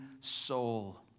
soul